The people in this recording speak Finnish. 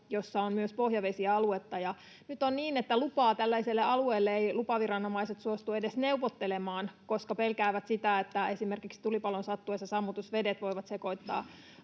jolla on myös pohjavesialuetta, ja nyt on niin, että lupaa tällaiselle alueelle eivät lupaviranomaiset suostu edes neuvottelemaan, koska pelkäävät, että esimerkiksi tulipalon sattuessa sammutusvedet voivat sekoittaa